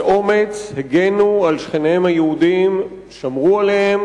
שבאומץ הגנו על שכניהם היהודים, שמרו עליהם